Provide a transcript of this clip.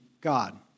God